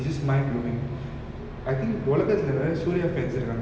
hmm that's nice because I think like suriya ரொம்ப நாளாவே:romba naalaave like